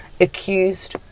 accused